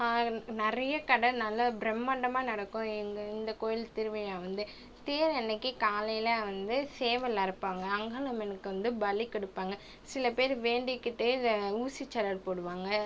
நிறைய கடை நல்லா பிரம்மாண்டமாக நடக்கும் எங்கள் இந்த கோவில் திருவிழா வந்து தேர் அன்றைக்கி காலையில் வந்து சேவல் அருப்பாங்க அங்காளம்மனுக்கு வந்து பலி கொடுப்பாங்க சில பேர் வேண்டிக்கிட்டே இந்த ஊசி சரல் போடுவாங்க